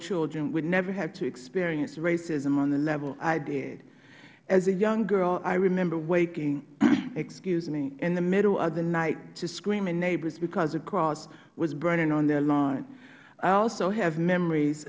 children would never have to experience racism on the level i did as a young girl i remember waking in the middle of the night to screaming neighbors because a cross was burning on their lawn i also have memories